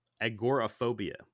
agoraphobia